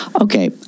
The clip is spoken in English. Okay